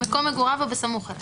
במקום מגוריו או בסמוך אליו.